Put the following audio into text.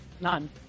none